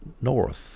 north